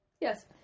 yes